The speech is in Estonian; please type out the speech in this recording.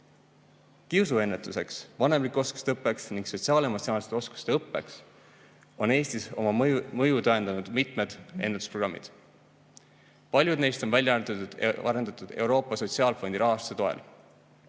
Kiusu ennetuseks, vanemlike oskuste õppeks ning sotsiaal-emotsionaalsete oskuste õppeks on Eestis oma mõju tõendanud mitmed ennetusprogrammid. Paljud neist on välja arendatud Euroopa Sotsiaalfondi rahastuse toel.